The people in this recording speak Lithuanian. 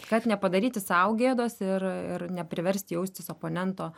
kad nepadaryti sau gėdos ir ir nepriverst jaustis oponento